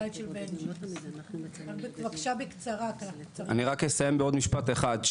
אני רק אסיים בעוד משפט אחד,